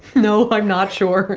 nope i'm not sure